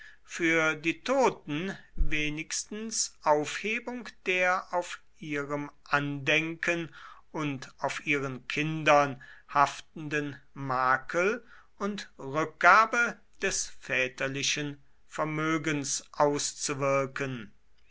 für die toten wenigstens aufhebung der auf ihrem andenken und auf ihren kindern haftenden makel und rückgabe des väterlichen vermögens auszuwirken